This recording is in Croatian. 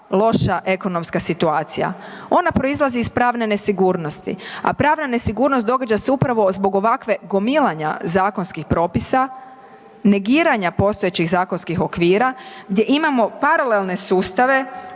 loša ekonomska situacija? Ona proizlazi iz pravne nesigurnosti, a pravna nesigurnost događa se upravo zbog ovakvog gomilanja zakonskih propisa, negiranja postojećih zakonskih okvira gdje imamo paralelne sustave.